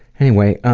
anyway,